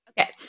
Okay